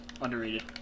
underrated